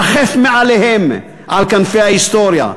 רחף מעליהם על כנפי ההיסטוריה,